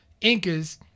Incas